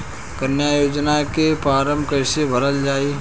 कन्या योजना के फारम् कैसे भरल जाई?